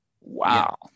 wow